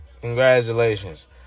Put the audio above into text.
Congratulations